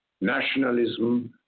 nationalism